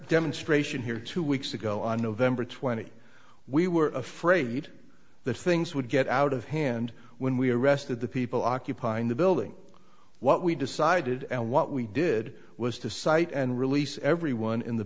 demonstration here two weeks ago on november twenty we were afraid that things would get out of hand when we arrested the people occupying the building what we decided and what we did was to site and release everyone in the